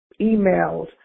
emails